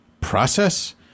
Process